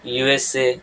USA